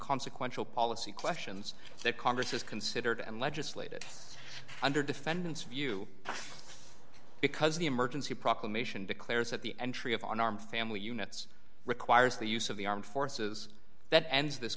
consequential policy questions that congress has considered and legislated under defendant's view because the emergency proclamation declares that the entry of unarmed family units requires the use of the armed forces that ends this